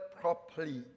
properly